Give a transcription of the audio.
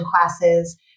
classes